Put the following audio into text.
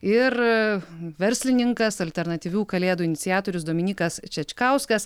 ir verslininkas alternatyvių kalėdų iniciatorius dominykas čečkauskas